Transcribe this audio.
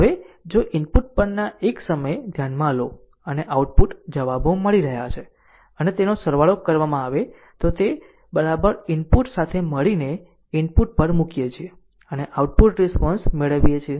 હવે જો ઇનપુટ પરના એક સમયે ધ્યાનમાં લો અને આઉટપુટ જવાબો મળી રહ્યાં છે અને તેનો સરવાળો કરવામાં આવે તો તે ઇનપુટ્સ સાથે મળીને ઇનપુટ પર મૂકીએ છીએ અને આઉટપુટ રિસ્પોન્સ મેળવીએ છીએ